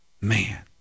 Man